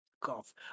cough